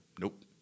Nope